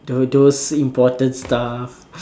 those those important stuff